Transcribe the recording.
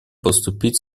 поступить